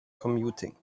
commuting